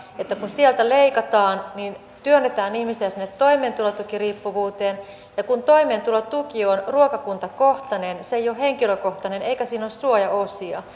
että kun sieltä leikataan niin työnnetään ihmisiä sinne toimeentulotukiriippuvuuteen ja kun toimeentulotuki on ruokakuntakohtainen se ei ole henkilökohtainen eikä siinä ole suojaosia